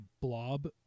blob